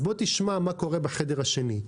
אז בוא תשמע מה קורה בחדר השני.